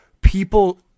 people